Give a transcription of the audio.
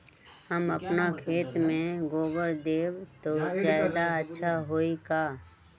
हम अपना खेत में गोबर देब त ज्यादा अच्छा होई का?